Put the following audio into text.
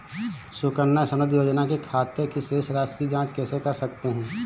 सुकन्या समृद्धि योजना के खाते की शेष राशि की जाँच कैसे कर सकते हैं?